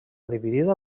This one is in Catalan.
dividida